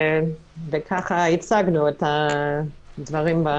וככה הצגנו את הדברים.